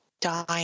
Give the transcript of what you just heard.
dying